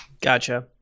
gotcha